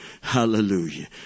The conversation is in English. Hallelujah